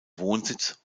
wohnsitz